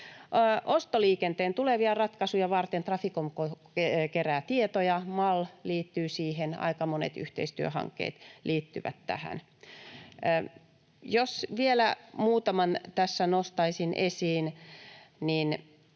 Ostoliikenteen tulevia ratkaisuja varten Traficom kerää tietoja. MAL liittyy siihen, ja aika monet yhteistyöhankkeet liittyvät tähän. Jos vielä muutaman tässä nostaisin esiin, niin